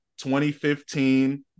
2015